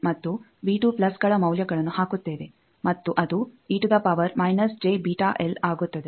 ಆದ್ದರಿಂದ ನಾವು ಮತ್ತು ಗಳ ಮೌಲ್ಯಗಳನ್ನು ಹಾಕುತ್ತೇವೆ ಮತ್ತು ಅದು ಆಗುತ್ತದೆ